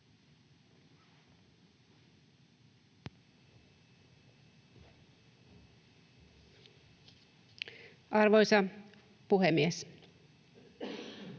Arvoisa puhemies!